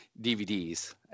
DVDs